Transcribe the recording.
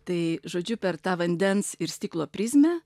tai žodžiu per tą vandens ir stiklo prizmę